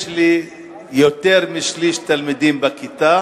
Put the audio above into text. יש לי יותר משליש תלמידים בכיתה